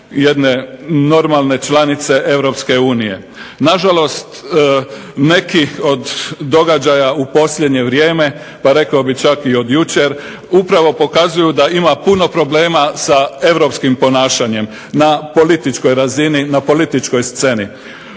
jedne normalne članice Europske unije. Nažalost, neki od događaja u posljednje vrijeme pa rekao bih čak i od jučer, upravo pokazuju da ima puno problema sa europskim ponašanjem na političkoj razini, na političkoj sceni.